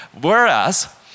Whereas